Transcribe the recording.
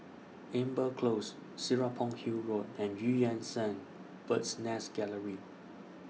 Amber Close Serapong Hill Road and EU Yan Sang Bird's Nest Gallery